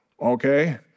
okay